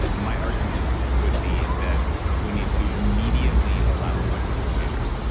my argument would be that we need to immediately allow elective procedures.